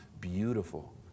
beautiful